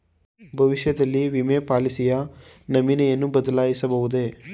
ಭವಿಷ್ಯದಲ್ಲಿ ವಿಮೆ ಪಾಲಿಸಿಯ ನಾಮಿನಿಯನ್ನು ಬದಲಾಯಿಸಬಹುದೇ?